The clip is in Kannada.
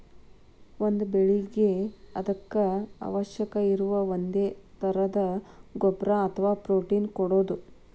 ಒಂದ ಬೆಳಿಗೆ ಅದಕ್ಕ ಅವಶ್ಯಕ ಇರು ಒಂದೇ ತರದ ಗೊಬ್ಬರಾ ಅಥವಾ ಪ್ರೋಟೇನ್ ಕೊಡುದು